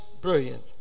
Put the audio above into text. brilliant